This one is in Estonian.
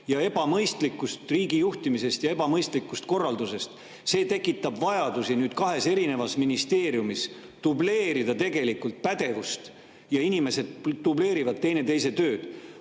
ja ebamõistlikust riigi juhtimisest ja ebamõistlikust korraldusest. See tekitab vajadusi nüüd kahes erinevas ministeeriumis dubleerida tegelikult pädevust ja inimesed dubleerivad teineteise tööd.